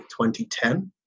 2010